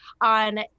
on